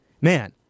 man